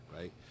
right